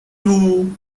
two